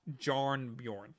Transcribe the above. Jarnbjorn